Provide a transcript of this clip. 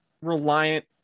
reliant